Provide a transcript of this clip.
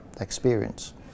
experience